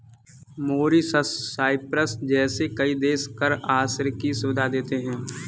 Mauritius, Cyprus जैसे कई देश कर आश्रय की सुविधा देते हैं